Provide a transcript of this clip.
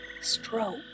stroke